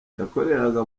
yakoreraga